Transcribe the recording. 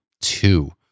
two